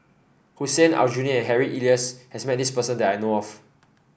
Hussein Aljunied and Harry Elias has met this person that I know of